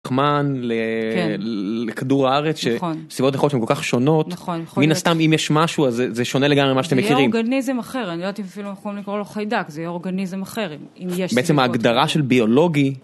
זמן לכדור הארץ שהסיבות יכולות להיות שם כל כך שונות מן הסתם אם יש משהו, זה שונה לגמרי ממה שאתם מכירים. זה יהיה אורגניזם אחר אני לא יודעת אם אפילו יכול לקרוא לו חיידק זה יהיה אורגניזם אחר אם יש בעצם ההגדרה של ביולוגי.